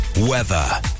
Weather